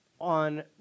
on